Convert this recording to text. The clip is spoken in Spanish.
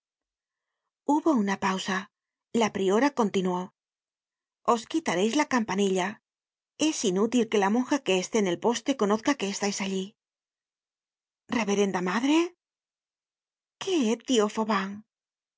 hubo una pausa la priora continuó os quitareis la campanilla es inútil que la monja que esté en el poste conozca que estais allí reverenda madre qué tio fauvent ha